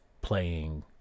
playing